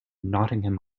nottingham